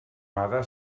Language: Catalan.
mare